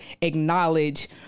acknowledge